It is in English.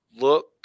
look